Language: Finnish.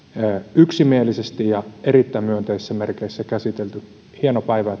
yksimielisesti ja erittäin myönteisissä merkeissä käsitelty on hieno päivä